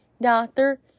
doctor